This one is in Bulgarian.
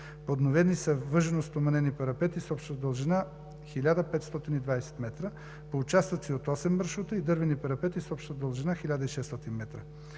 Подновени са въжено-стоманени парапети с обща дължина 1520 м по участъци от осем маршрута и дървени парапети с обща дължина 1600 м.